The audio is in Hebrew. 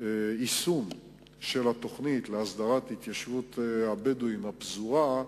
יישום התוכנית להסדרת התיישבות הבדואים בפזורה,